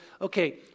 okay